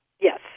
Yes